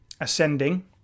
ascending